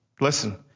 Listen